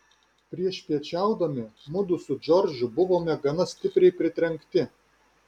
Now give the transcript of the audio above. priešpiečiaudami mudu su džordžu buvome gana stipriai pritrenkti